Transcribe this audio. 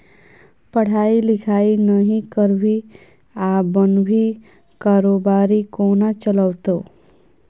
पढ़ाई लिखाई नहि करभी आ बनभी कारोबारी कोना चलतौ